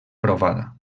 provada